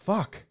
Fuck